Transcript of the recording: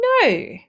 No